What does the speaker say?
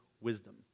wisdom